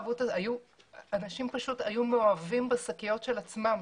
אנשים היו מאוהבים בשקיות של עצמם.